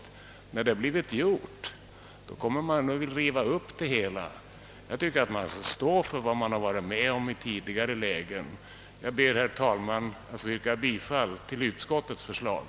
Man bör stå för vad man tidigare har varit med om att besluta. Jag ber, herr talman, att få yrka bifall till utskottets förslag.